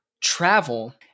travel